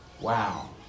wow